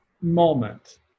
moment